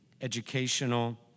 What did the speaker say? educational